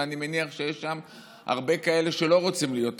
ואני מניח שיש שם הרבה כאלה שלא רוצים להיות טרוריסטים,